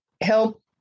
help